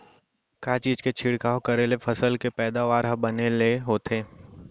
का चीज के छिड़काव करें ले फसल के पैदावार ह बने ले होथे?